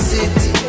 City